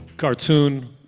cartoon,